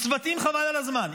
עם צוותים חבל על הזמן,